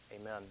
amen